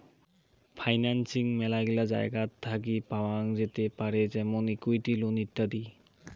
financing মেলাগিলা জায়গাত থাকি পাওয়াঙ যেতে পারেত যেমন ইকুইটি, লোন ইত্যাদি